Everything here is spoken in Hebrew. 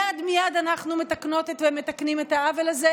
מייד מייד אנחנו מתקנות ומתקנים את העוול הזה,